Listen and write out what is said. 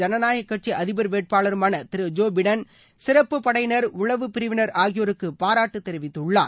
ஜனநாயக கட்சி அதிபர் வேட்பாளருமான திரு ஜோ பிடன் சிறப்பு படையினர் உளவுப்பிரிவினர் ஆகியோருக்கு பாராட்டு தெரிவித்துள்ளார்